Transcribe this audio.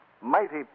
mighty